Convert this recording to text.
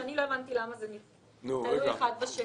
אני לא הבנתי למה זה תלוי אחד בשני.